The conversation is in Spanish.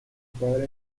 padre